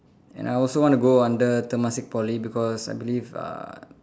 and I also want to go under Temasek Poly because I believe uh